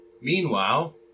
meanwhile